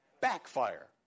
backfire